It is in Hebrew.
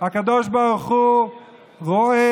הקדוש ברוך הוא רואה,